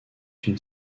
une